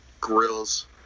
grills